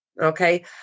Okay